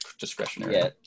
discretionary